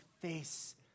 face